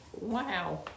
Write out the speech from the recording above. wow